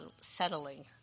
settling